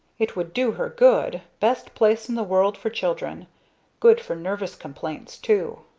it would do her good best place in the world for children good for nervous complaints too.